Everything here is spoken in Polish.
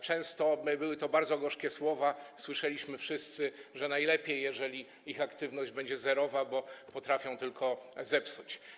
Często były to bardzo gorzkie słowa, słyszeliśmy wszyscy, że najlepiej, jeżeli ich aktywność będzie zerowa, bo potrafią tylko zepsuć.